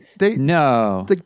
No